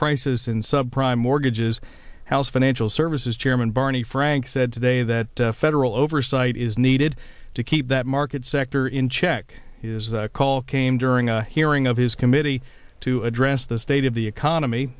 crisis in sub prime mortgages house financial services chairman barney frank said today that federal oversight is needed to keep that market sector in check is the call came during a hearing of his committee to address the state of the economy